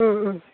ও ও